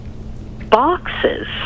boxes